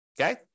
okay